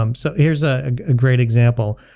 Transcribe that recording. um so here's ah ah a great example.